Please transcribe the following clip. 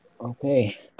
Okay